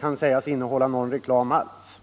kan sägas innehålla någon reklam alls.